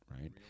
right